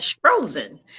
frozen